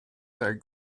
that